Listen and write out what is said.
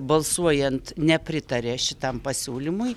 balsuojant nepritarė šitam pasiūlymui